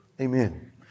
Amen